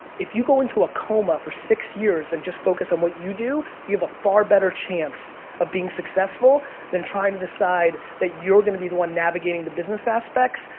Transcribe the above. if you go into a coma for six years and just focus on what you do, you have a far better chance of being successful than trying to decide that you're gonna be the one navigating the business aspects,